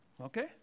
Okay